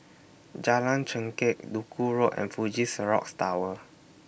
Jalan Chengkek Duku Road and Fuji Xerox Tower